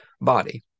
body